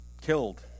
killed